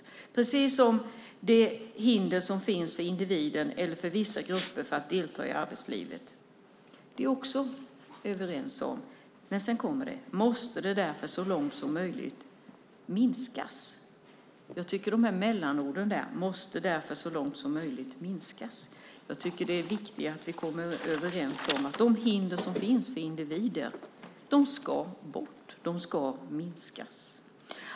Vi är också överens när det gäller de hinder som finns för individen eller vissa grupper att delta i arbetslivet. Men sedan kommer orden "måste därför så långt som möjligt minskas". Jag tycker att det är viktigt att vi kommer överens om att de hinder som finns för individer ska bort; de ska minskas.